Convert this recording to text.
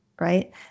right